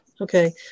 Okay